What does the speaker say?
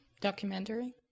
documentary